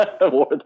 War